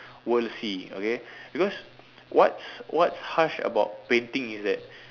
world see okay because what's what's harsh about painting is that